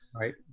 right